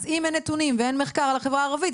אם אין נתונים ואין מחקר על החברה הערבית,